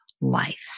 life